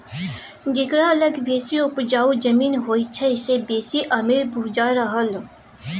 जकरा लग बेसी उपजाउ जमीन होइ छै से बेसी अमीर बुझा रहल